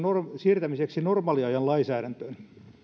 siirtämiseksi normaaliajan lainsäädäntöön